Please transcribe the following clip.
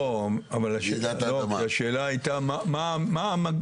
לא, אבל השאלה הייתה מה הכוונה,